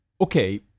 okay